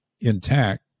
intact